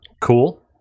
Cool